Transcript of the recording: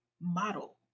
model